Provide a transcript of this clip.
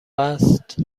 است